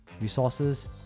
resources